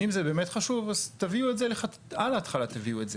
אם זה באמת חשוב אז על ההתחלה תביאו את זה.